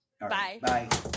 Bye